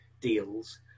deals